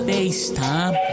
FaceTime